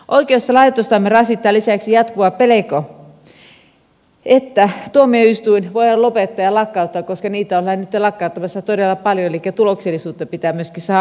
oikeuslaitostamme rasittaa lisäksi jatkuva pelko että tuomioistuin voidaan lopettaa ja lakkauttaa koska niitä ollaan nyt jo lakkauttamassa todella paljon elikkä tuloksellisuutta pitää myöskin saada aikaiseksi